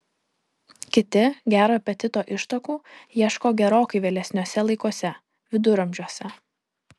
kiti gero apetito ištakų ieško gerokai vėlesniuose laikuose viduramžiuose